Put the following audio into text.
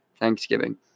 Thanksgiving